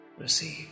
receive